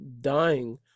dying